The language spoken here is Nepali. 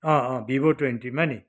अँ अँ भिबो ट्वेन्टीमा नि